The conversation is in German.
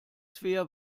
svea